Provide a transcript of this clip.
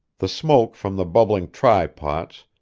the smoke from the bubbling try pots,